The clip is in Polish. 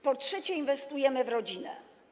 Po trzecie, inwestujemy w rodzinę.